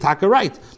right